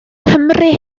cymru